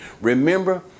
Remember